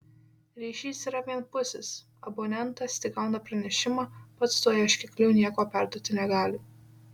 ryšys yra vienpusis abonentas tik gauna pranešimą pats tuo ieškikliu nieko perduoti negali